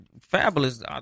Fabulous